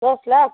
દસ લાખ